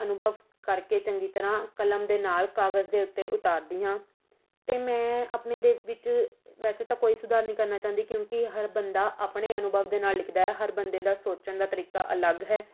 ਅਨੁਭਵ ਕਰਕੇ ਚੰਗੀ ਤਰ੍ਹਾਂ ਕਲਮ ਦੇ ਨਾਲ ਕਾਗਜ਼ ਦੇ ਉੱਤੇ ਉਤਾਰਦੀ ਹਾਂ ਤੇ ਮੈਂ ਆਪਣੇ ਦਿਲ ਵਿੱਚ ਵੈਸੇ ਤਾਂ ਕੋਈ ਸੁਧਾਰ ਨਹੀਂ ਕਰਨਾ ਚਾਹੁੰਦੀ ਕਿਉਂਕਿ ਹਰ ਬੰਦਾ ਆਪਣੇ ਅਨੁਭਵ ਦੇ ਨਾਲ ਲਿਖਦਾ ਹੈ ਹਰ ਬੰਦੇ ਦਾ ਸੋਚਣ ਦਾ ਤਰੀਕਾ ਅਲੱਗ ਹੈ